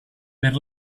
per